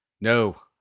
No